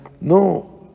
no